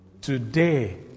today